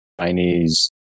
Chinese